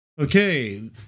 Okay